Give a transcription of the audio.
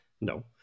no